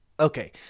Okay